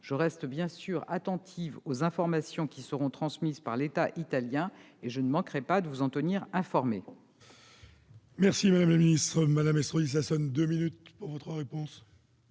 Je reste bien sûr très attentive aux informations qui seront transmises par l'État italien, et je ne manquerai pas de vous en informer.